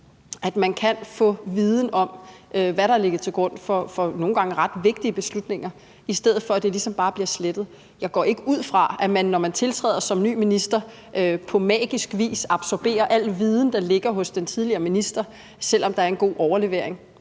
at man kan få viden om, hvad der har ligget til grund for nogle gange ret vigtige beslutninger, i stedet for at det ligesom bare bliver slettet? Jeg går ikke ud fra, at man, når man tiltræder som ny minister, på magisk vis absorberer al viden, der ligger hos den tidligere minister, selv om der er en god overlevering.